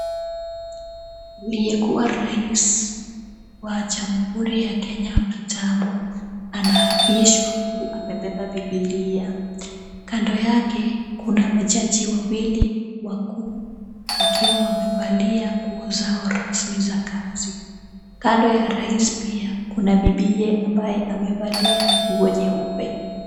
Aliyekuwa rais wa jamhuri ya Kenya wa kitambo anaapishwa huku amebeba bibilia. Kando yake kuna majaji wawili wakuu, wakiwa wamevalia nguo zao rasmi za kazi. Kando ya rais pia, kuna bibiye ambaye amevalia nguo nyeupe.